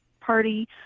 Party